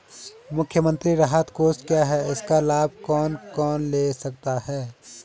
मुख्यमंत्री राहत कोष क्या है इसका लाभ कौन कौन ले सकता है?